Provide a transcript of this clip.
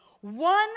one